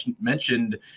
mentioned